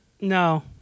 No